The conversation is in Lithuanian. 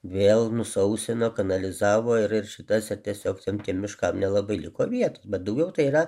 vėl nusausino kanalizavo ir ir šitas ir tiesiog tiem tiem miškam nelabai liko vietos bet daugiau tai yra